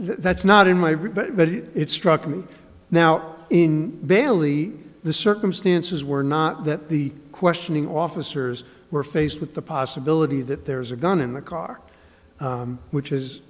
that's not in my rebuttal but it struck me now in bailey the circumstances were not that the questioning officers were faced with the possibility that there was a gun in the car which is